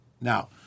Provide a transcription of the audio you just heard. Now